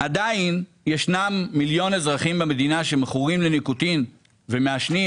עדיין יש מיליון אזרחים במדינה שמכורים לניקוטין ומעשנים,